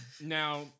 Now